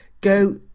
go